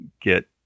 get